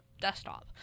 desktop